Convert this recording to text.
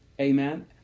Amen